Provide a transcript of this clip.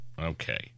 Okay